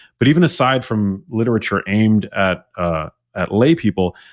but even aside from literature aimed at ah at lay people,